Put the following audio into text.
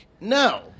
No